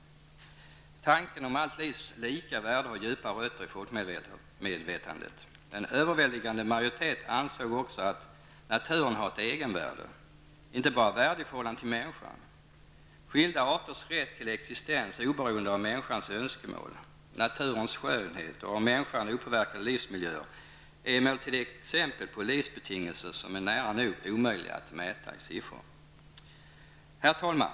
Tanken om allt livs lika värde har djupa rötter i folkmedvetandet. En överväldigande majoritet ansåg också att naturen har ett egenvärde, inte bara värde i förhållande till människan. Skilda arters rätt till existens oberoende av människans önskemål, naturens skönhet och av människan opåverkade livsmiljöer är emellertid exempel på livsbetingelser som är nära nog omöjliga att mäta i siffror. Herr talman!